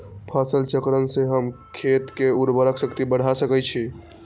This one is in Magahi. फसल चक्रण से हम खेत के उर्वरक शक्ति बढ़ा सकैछि?